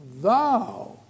thou